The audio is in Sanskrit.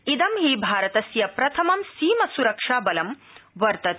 इद हि भारतस्य प्रथमं सीमासुरक्षाबलं वर्तते